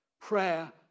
Prayer